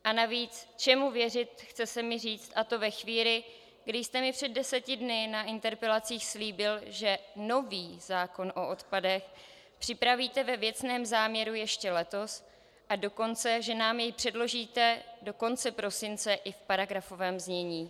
A navíc čemu věřit, chce se mi říct, a to ve chvíli, kdy jste mi před deseti dny na interpelacích slíbil, že nový zákon o odpadech připravíte ve věcném záměru ještě letos, a dokonce že nám jej předložíte do konce prosince i v paragrafovém znění.